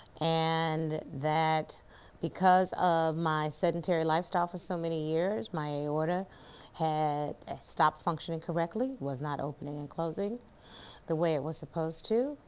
and that because of my sedentary lifestyle for so many years, my aorta stop functioning correctly, was not opening and closing the way it was supposed to,